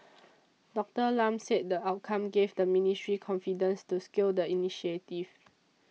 Doctor Lam said the outcomes gave the ministry confidence to scale the initiative